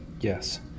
Yes